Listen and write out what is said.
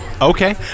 Okay